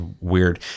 weird